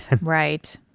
Right